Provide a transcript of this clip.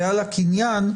ועל הקניין,